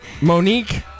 Monique